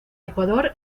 ecuador